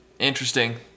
Interesting